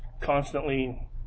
constantly